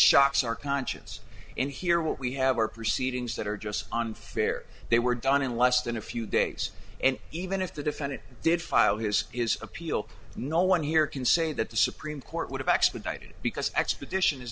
shocks our conscience and here what we have are proceedings that are just unfair they were done in less than a few days and even if the defendant did file his his appeal no one here can say that the supreme court would have expedited because expedition